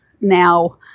now